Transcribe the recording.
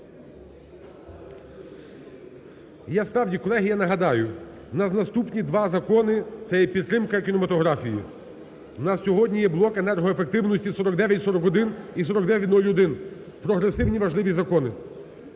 я ставлю… Колеги, я нагадаю, в нас наступні два закони це є підтримка кінематографії. В нас сьогодні є блок енергоефективності 4941 і 4901 – прогресивні і важливі закони.